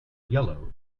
yellow